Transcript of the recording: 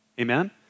Amen